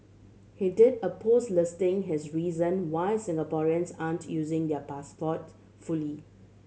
he did a post listing his reason why Singaporeans aren't using their passport fully